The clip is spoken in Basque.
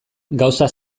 gauza